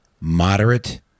moderate